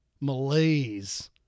malaise